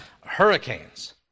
hurricanes